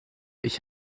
ich